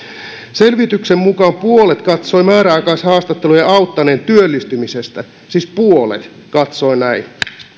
selvityksen mukaan puolet katsoi määräaikaishaastattelujen auttaneen työllistymisessä siis puolet katsoo näin